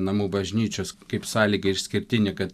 namų bažnyčios kaip sąlyga išskirtinė kad